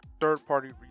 third-party